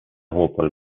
hopewell